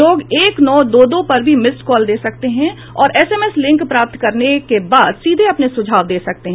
लोग एक नौ दो दो पर भी मिस्ड कॉल दे सकते हैं और एस एम एस लिंक प्राप्त करने के बाद सीधे अपने सुझाव दे सकते हैं